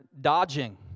dodging